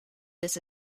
this